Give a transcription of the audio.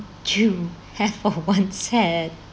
you have or once had